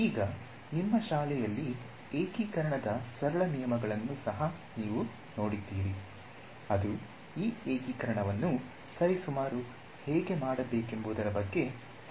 ಈಗ ನಿಮ್ಮ ಶಾಲೆಯಲ್ಲಿ ಏಕೀಕರಣದ ಸರಳ ನಿಯಮಗಳನ್ನು ಸಹ ನೀವು ನೋಡಿದ್ದೀರಿ ಅದು ಈ ಏಕೀಕರಣವನ್ನು ಸರಿಸುಮಾರು ಹೇಗೆ ಮಾಡಬೇಕೆಂಬುದರ ಬಗ್ಗೆ ಸಹಾಯ ಮಾಡಲಿದೆ